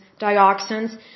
dioxins